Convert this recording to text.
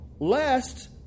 Lest